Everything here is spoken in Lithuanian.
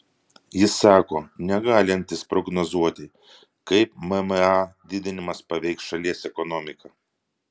jis sako negalintis prognozuoti kaip mma didinimas paveiks šalies ekonomiką